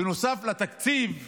בנוסף לתקציב,